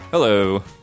Hello